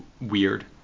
weird